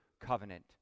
covenant